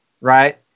right